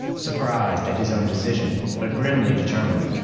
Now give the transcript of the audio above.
surprised at his own decision, but grimly determined.